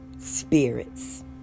spirits